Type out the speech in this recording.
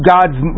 God's